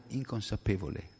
inconsapevole